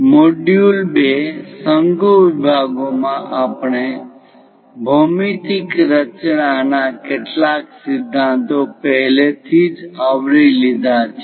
module 2 શંકુ વિભાગોમાં આપણે ભૌમિતિક રચનાના કેટલાક સિદ્ધાંતો પહેલેથી જ આવરી લીધા છે